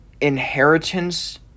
Inheritance